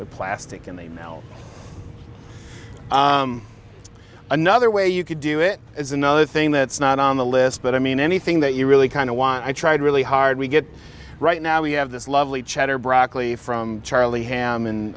the plastic and they know another way you could do it is another thing that's not on the list but i mean anything that you really kind of want i tried really hard we get right now we have this lovely cheddar broccoli from charlie ham